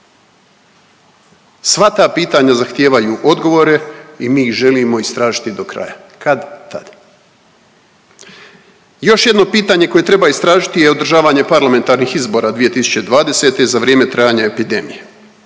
Sva ta pitanja zahtijevaju odgovore i mi ih želimo istražiti do kraja kad-tad. Još jedno pitanje koje treba istražiti je održavanje parlamentarnih izbora 2020. za vrijeme trajanja epidemije.